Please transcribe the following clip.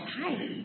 hi